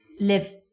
live